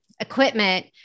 equipment